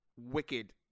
wicked